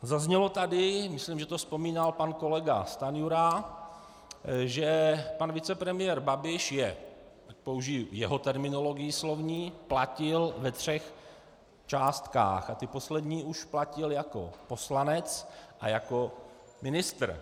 Zaznělo tady, myslím, že to vzpomínal pan kolega Stanjura, že pan vicepremiér Babiš použiji jeho slovní terminologii platil ve třech částkách a ty poslední už platil jako poslanec a jako ministr.